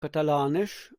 katalanisch